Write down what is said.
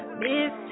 miss